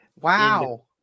Wow